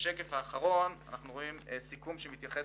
בשקף האחרון אנחנו רואים סיכום שמתייחס